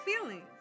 feelings